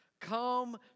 Come